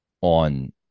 on